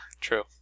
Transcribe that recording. True